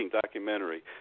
documentary